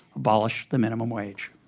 abolish the minimum wage.